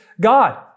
God